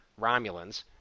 Romulans